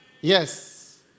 Yes